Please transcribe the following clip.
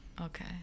okay